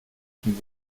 zum